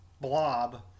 blob